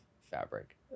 fabric